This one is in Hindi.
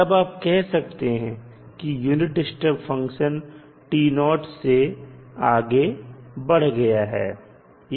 तब आप कह सकते हैं कि यूनिट स्टेप फंक्शन से आगे बढ़ गया है